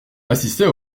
assistait